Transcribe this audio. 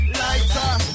lighter